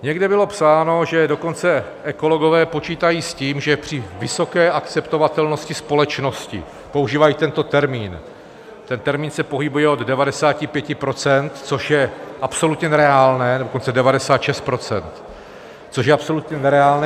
Někde bylo psáno, že dokonce ekologové počítají s tím, že při vysoké akceptovatelnosti společností, používají tento termín, ten termín se pohybuje od 95 %, což je absolutně nereálné, nebo dokonce 96 %, což je absolutně nereálné...